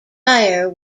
prior